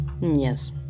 yes